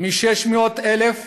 מ-600,000